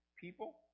people